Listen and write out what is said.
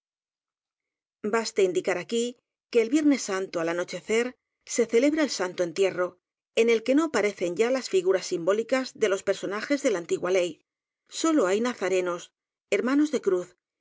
baste indicar aquí que el viernes santo al ano checer se celebra el santo entierro en el que no parecen ya las figuras simbólicas de los personajes de la antigua ley sólo hay nazarenos hermanosde cruz